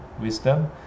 wisdom